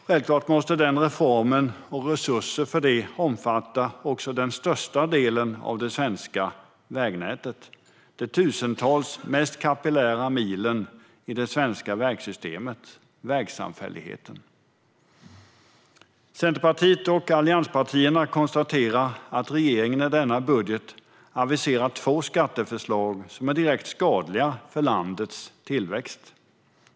Självklart måste denna reform och resurser för den omfatta också den största delen av det svenska vägnätet, de tusentals mest kapillära milen i det svenska vägsystemet - vägsamfälligheterna. Centerpartiet och allianspartierna konstaterar att regeringen i denna budget aviserar två skatteförslag som är direkt skadliga för landets tillväxt.